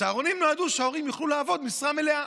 הצהרונים נועדו לכך שהורים יוכלו לעבוד במשרה מלאה.